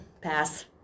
Pass